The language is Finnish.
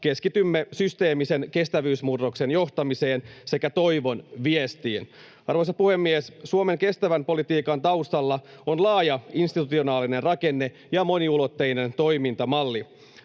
keskitymme systeemisen kestävyysmurroksen johtamiseen sekä toivon viestiin. Arvoisa puhemies! Suomen kestävän kehityksen politiikan taustalla on laaja institutionaalinen rakenne ja moniulotteinen toimintamalli.